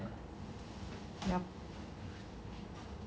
ya